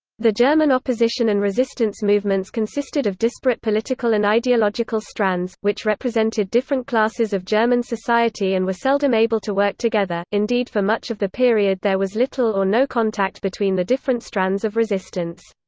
the german opposition and resistance movements consisted of disparate political and ideological strands, which represented different classes of german society and were seldom able to work together indeed for much of the period there was little or no contact between the different strands of resistance.